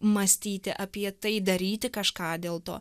mąstyti apie tai daryti kažką dėl to